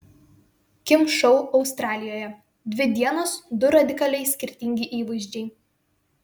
kim šou australijoje dvi dienos du radikaliai skirtingi įvaizdžiai